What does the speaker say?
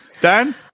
Dan